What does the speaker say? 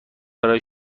برای